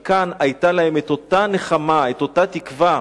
מכאן היתה להם את אותה נחמה, את אותה תקווה,